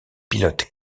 pilotes